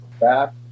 back